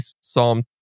Psalm